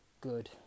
good